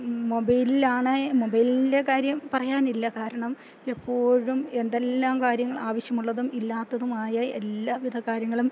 മൊബൈലിലാണ് മൊബൈലിൻ്റെ കാര്യം പറയാനില്ല കാരണം എപ്പോഴും എന്തെല്ലാം കാര്യങ്ങൾ ആവശ്യമുള്ളതും ഇല്ലാത്തതുമായ എല്ലാവിധ കാര്യങ്ങളും